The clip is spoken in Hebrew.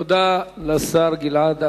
תודה לשר גלעד ארדן.